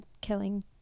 killing